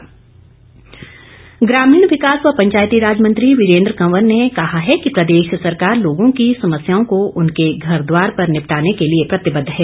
वीरेन्द्र कंवर ग्रामीण विकास व पंचायतीराज मंत्री वीरेन्द्र कंवर ने कहा है कि प्रदेश सरकार लोगों की समस्याओं को उनके घर द्वार पर निपटाने के लिए प्रतिबद्ध है